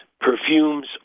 perfumes